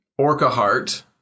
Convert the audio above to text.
Orcaheart